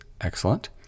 excellent